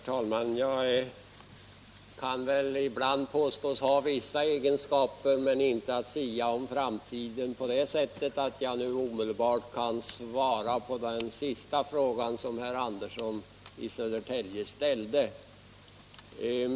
Herr talman! Jag kan väl påstås ha vissa egenskaper, men jag kan inte sia-om framtiden på det sättet att jag nu omedelbart kan svara på den senaste frågan herr Andersson i Södertälje ställde.